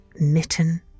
Mitten